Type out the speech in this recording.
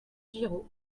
giraud